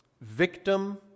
victim